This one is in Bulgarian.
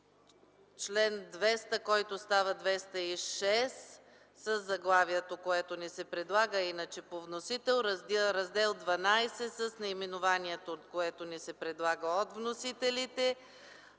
чл. 200, който става чл. 206 със заглавието, което ни се предлага, а иначе по вносител, Раздел ХІІ с наименованието, което ни се предлага от вносителите,